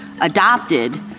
adopted